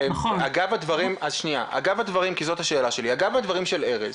אגב הדברים של ארז,